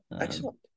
Excellent